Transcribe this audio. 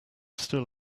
still